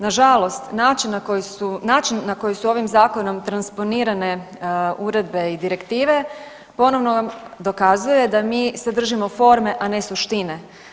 Nažalost, način na koji su, način na koji su ovim zakonom transponirane uredbe i direktive ponovno nam dokazuje da mi sadržimo forme, a ne suštine.